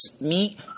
meet